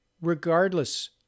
regardless